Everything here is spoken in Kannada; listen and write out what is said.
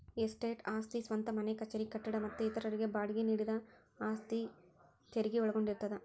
ಎಸ್ಟೇಟ್ ಆಸ್ತಿ ಸ್ವಂತ ಮನೆ ಕಚೇರಿ ಕಟ್ಟಡ ಮತ್ತ ಇತರರಿಗೆ ಬಾಡ್ಗಿ ನೇಡಿದ ಆಸ್ತಿ ಆಸ್ತಿ ತೆರಗಿ ಒಳಗೊಂಡಿರ್ತದ